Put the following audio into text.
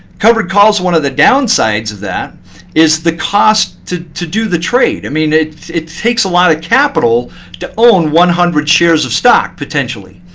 covered calls, one of the downsides of that is the cost to to do the trade. i mean, it it takes a lot of capital to own one hundred shares of stock, potentially.